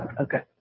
Okay